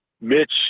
Mitch